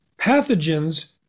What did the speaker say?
pathogens